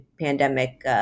pandemic